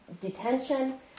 detention